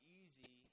easy